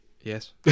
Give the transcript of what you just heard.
Yes